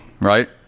right